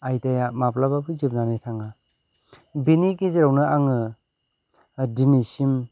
आयदाया माब्लाबाबो जोबनानै थाङा बेनि गेजेरावनो आङो दिनैसिम